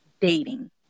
dating